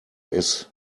his